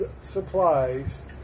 supplies